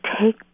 take